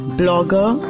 blogger